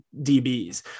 DBs